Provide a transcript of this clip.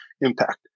impact